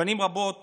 שנים רבות